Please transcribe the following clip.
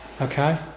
Okay